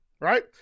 Right